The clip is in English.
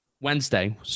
Wednesday